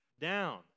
down